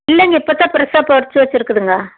இல்லைங்க இப்போ தான் பிரெஷ்ஷாக பறிச்சு வச்சிருக்குதுங்க